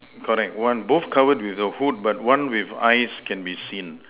correct one both covered with the Hood but one with eyes can be seen